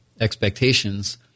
expectations